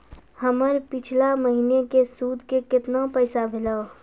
हमर पिछला महीने के सुध के केतना पैसा भेलौ?